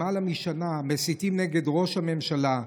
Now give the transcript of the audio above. למעלה משנה מסיתים נגד ראש הממשלה,